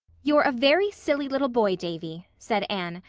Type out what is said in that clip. you're a very silly little boy, davy, said anne,